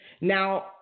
Now